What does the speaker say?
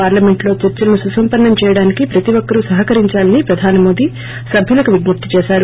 పార్లమెంటులో చర్చలను సుసంపన్పం చేయడానికి ప్రతి ఒక్కరూ సహకరించాలని ప్రధాని మోడీ సభ్యులకు విజ్ఞప్తి చేశారు